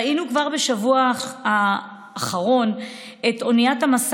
ראינו כבר בשבוע האחרון את אוניית המשא